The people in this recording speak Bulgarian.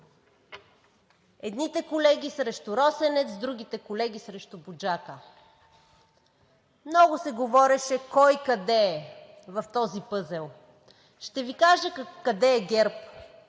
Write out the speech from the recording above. едните колеги срещу „Росенец“, другите колеги срещу „Буджака“. Много се говореше кой къде е в този пъзел. Ще Ви кажа къде е ГЕРБ